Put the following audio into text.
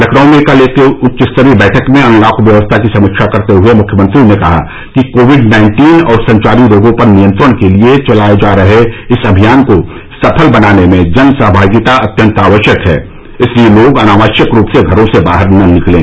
लखनऊ में कल एक उच्च स्तरीय बैठक में अनलॉक व्यवस्था की समीक्षा करते हुए मुख्यमंत्री ने कहा कि कोविड नाइन्टीन और संचारी रोगों पर नियंत्रण के लिए चलाए जा रहे इस अभियान को सफल बनाने में जन सहभागिता अत्यंत आवश्यक है इसलिए लोग अनावश्यक रूप से घरों से बाहर न निकलें